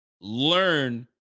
learn